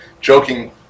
joking